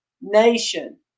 nation